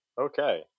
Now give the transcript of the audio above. Okay